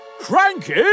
Cranky